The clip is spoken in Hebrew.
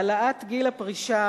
העלאת גיל הפרישה,